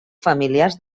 familiars